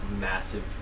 massive